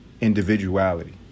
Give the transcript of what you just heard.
individuality